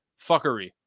fuckery